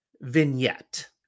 vignette